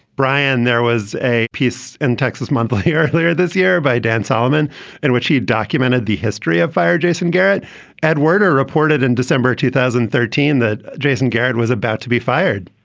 brian there was a piece in texas monthly earlier this year by dan solomon in which he documented the history of fire. jason garrett at werder reported in december two thousand and thirteen that jason garrett was about to be fired